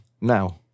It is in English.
Now